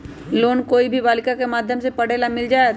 Loan कोई भी बालिका के माध्यम से पढे ला मिल जायत?